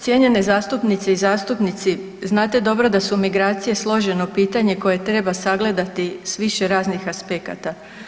Cijenjene zastupnice i zastupnici znate dobro da su migracije složeno pitanje koje treba sagledati sa više raznih aspekata.